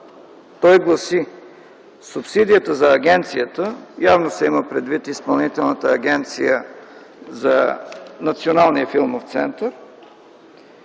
Той гласи: „Субсидията за агенцията ...”– явно се има предвид Изпълнителната агенция за националния филмов център